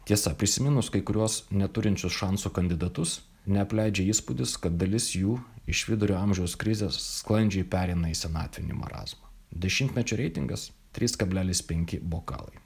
tiesa prisiminus kai kuriuos neturinčius šansų kandidatus neapleidžia įspūdis kad dalis jų iš vidurio amžiaus krizės sklandžiai pereina į senatvinį marazmą dešimtmečio reitingas trys kablelis penki bokalai